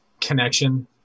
connection